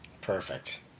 Perfect